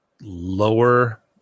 lower